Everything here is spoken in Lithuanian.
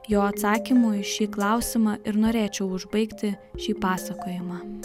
jo atsakymu į šį klausimą ir norėčiau užbaigti šį pasakojimą